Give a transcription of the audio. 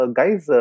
guys